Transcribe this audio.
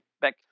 back